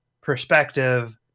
perspective